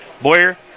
Boyer